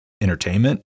entertainment